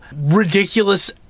ridiculous